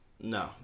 no